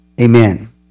Amen